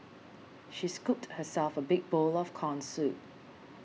she scooped herself a big bowl of Corn Soup